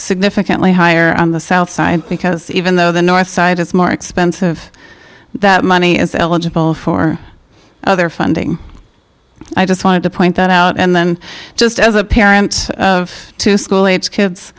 significantly higher on the south side because even though the north side is more expensive that money is eligible for other funding i just wanted to point that out and then just as a parent of two school age kids